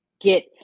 get